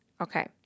okay